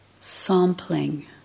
sampling